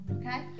okay